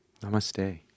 Namaste